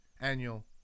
annual